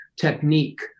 technique